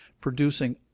producing